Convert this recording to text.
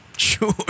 Sure